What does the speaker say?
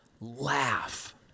laugh